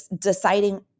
deciding